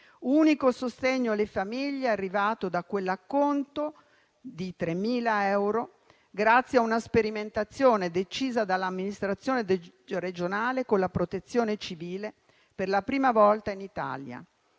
L'unico sostegno alle famiglie è arrivato da quell'acconto di 3.000 euro, grazie a una sperimentazione decisa dall'amministrazione regionale con la Protezione civile per la prima volta in Italia.